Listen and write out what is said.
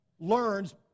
learns